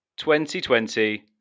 2020